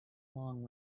long